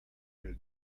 nel